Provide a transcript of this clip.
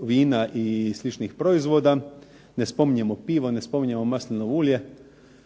vina i sličnih proizvoda. Ne spominjemo pivo, ne spominjemo maslinovo ulje,